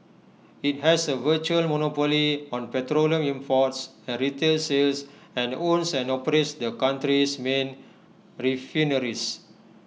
IT has A virtual monopoly on petroleum imports and retail sales and owns and operates their country's main refineries